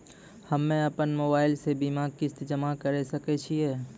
हम्मे अपन मोबाइल से बीमा किस्त जमा करें सकय छियै?